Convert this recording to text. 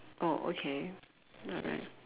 oh okay